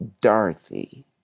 Dorothy